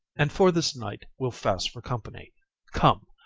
and for this night we'll fast for company come,